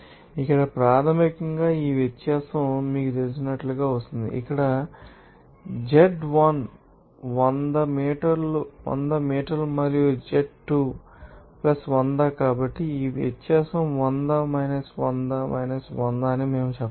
ఇక్కడ ప్రాథమికంగా ఈ వ్యత్యాసం మీకు తెలిసినట్లుగా వస్తోంది ఇక్కడ z1 100 మీటర్ మరియు z2 వంద కాబట్టి ఈ వ్యత్యాసం 100 100 100 అని మేము చెప్పగలం